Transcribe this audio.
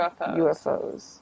UFOs